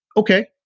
ok,